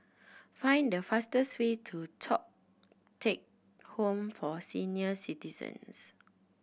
find the fastest way to Thong Teck Home for Senior Citizens